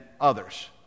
others